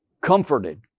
comforted